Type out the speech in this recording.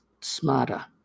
smarter